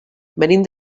venim